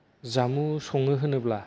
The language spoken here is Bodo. जामुं सङो होनोब्ला